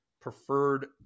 preferred